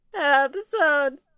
Episode